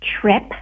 trip